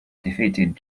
defeated